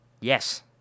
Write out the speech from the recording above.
Yes